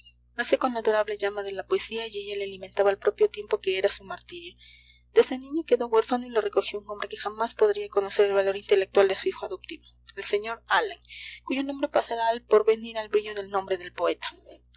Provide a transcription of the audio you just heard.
con la adorable llama de la poesía y ella le alimentaba al propio tiempo que era su martirio desde niño quedó huérfano y le recogió un hombre que jamás podría conocer el valor intelectual de su hijo adoptivo el sr allan cuyo nombre pasará al porvenir al brillo del nombre del poeta jamás